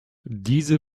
diese